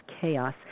chaos